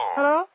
Hello